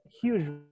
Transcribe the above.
huge